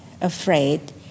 afraid